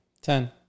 ten